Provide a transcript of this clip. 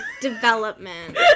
Development